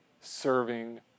serving